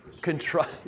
Contrive